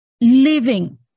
living